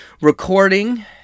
recording